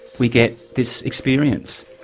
we get this experience.